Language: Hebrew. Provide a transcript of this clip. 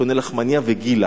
קונה לחמנייה ו"גיל",